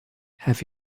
have